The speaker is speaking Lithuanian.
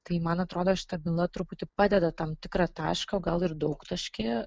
tai man atrodo šita byla truputį padeda tam tikrą tašką o gal ir daugtaškį